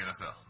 NFL